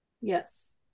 Yes